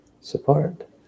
support